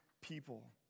people